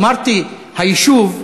אמרתי "היישוב".